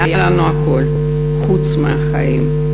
היה לנו הכול חוץ מהחיים.